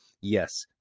yes